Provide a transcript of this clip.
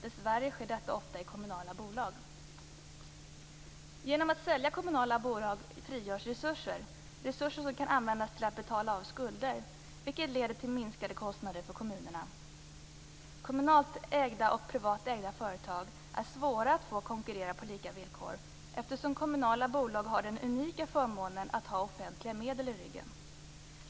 Dessvärre sker detta ofta i kommunala bolag. Genom att sälja kommunala bolag frigörs resurser - resurser som kan användas till att betala av skulder, vilket leder till minskade kostnader för kommunerna. Kommunalt ägda och privat ägda företag är svåra att få att konkurrera på lika villkor, eftersom kommunala bolag har den unika förmånen att ha offentliga medel i ryggen.